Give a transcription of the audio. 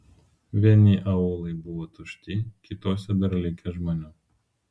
vieni aūlai buvo tušti kituose dar likę žmonių